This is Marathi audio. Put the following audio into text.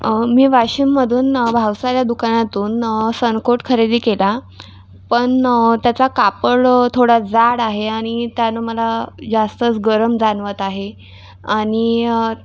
मी वाशिममदून भावसार या दुकानातून सनकोट खरेदी केला पण त्याचा कापड थोडा जाड आहे आणि त्यानं मला जास्तच गरम जाणवत आहे आणि